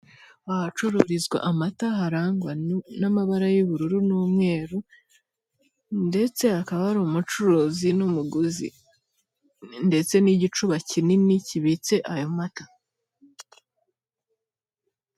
Ahacururizwa amata harangwa n'amabara y'ubururu n'umweru ndetse hakaba hari umucuruzi n'umuguzi ndetse n'igicuba kinini kibitse ayo mata.